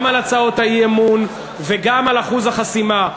גם על הצעות האי-אמון וגם על אחוז החסימה.